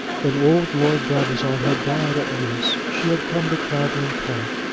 when old lord brabazon had died at nice she had come to clavering park,